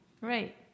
Right